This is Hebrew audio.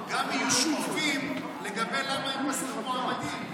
גם יהיו שקופים לגבי למה הם פסלו מועמדים.